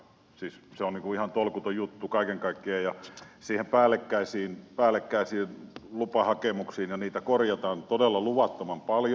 siis se on ihan tolkuton juttu kaiken kaikkiaan ja on päällekkäisiä lupahakemuksia ja niitä korjataan todella luvattoman paljon